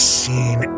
seen